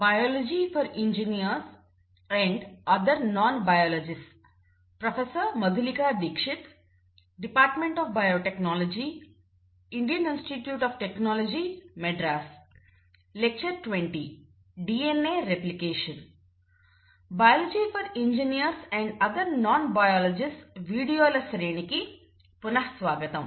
DNA replication biology for engineers and other non biologists వీడియోల శ్రేణికి పునఃస్వాగతం